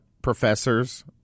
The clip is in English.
professors